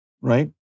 right